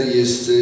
jest